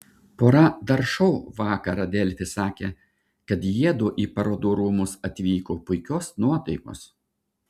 pora dar šou vakarą delfi sakė kad jiedu į parodų rūmus atvyko puikios nuotaikos